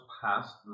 past